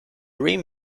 rim